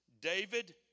David